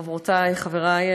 חברותי,